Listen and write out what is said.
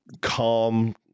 calm